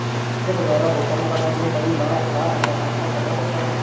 check द्वारा भुगतान पाने में कई बार फ्राड का सामना करना पड़ता है